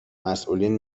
مسئولین